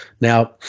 now